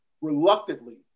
reluctantly